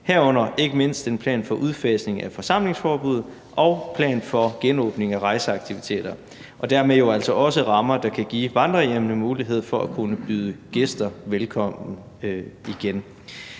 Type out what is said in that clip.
herunder ikke mindst en plan for udfasning af forsamlingsforbuddet og en plan for genåbning af rejseaktiviteter – og dermed jo altså også rammer, der kan give vandrehjemmene mulighed for at kunne byde gæster velkommen igen.